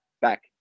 back